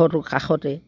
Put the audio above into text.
ঘৰটোৰ কাষতেই